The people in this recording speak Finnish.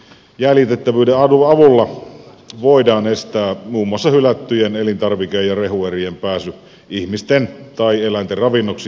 jäljitettävyyden avulla voidaan estää muun muassa hylättyjen elintarvike ja rehuerien pääsy ihmisten tai eläinten ravinnoksi